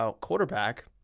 quarterback